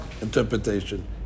interpretation